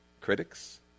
critics